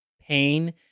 pain